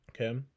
okay